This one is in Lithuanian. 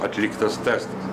atliktas testas